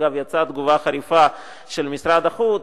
אגב, יצאה תגובה חריפה של משרד החוץ.